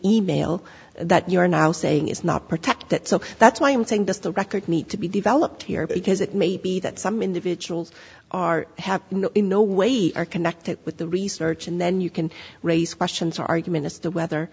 e mail that you're now saying is not protect that so that's why i'm saying this the record need to be developed here because it may be that some individuals are happy in no way are connected with the research and then you can raise questions argument as to whether